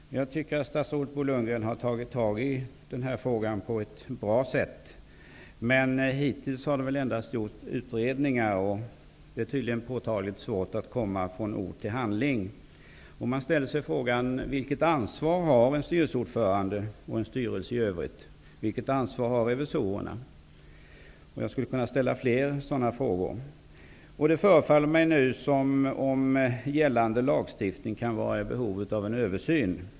Fru talman! Jag tycker att statsrådet Bo Lundgren har tagit tag i denna fråga på ett bra sätt. Men hittills har det väl endast gjorts utredningar, och det är påtagligt svårt att komma från ord till handling. Man ställer sig frågan: Vilket ansvar har en styrelseordförande och en styrelse i övrigt? Vilket ansvar har revisorerna? Jag skulle kunna ställa fler sådana frågor. Det förefaller mig som om gällande lagstiftning nu kan vara i behov av en översyn.